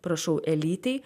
prašau elytei